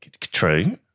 True